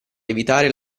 evitare